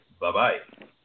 Bye-bye